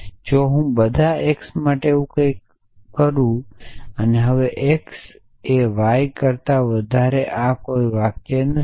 તેથી જો હું બધા X માટે કંઈક આવું કહું છું x હવે y કરતા વધારે આ કોઈ વાક્ય નથી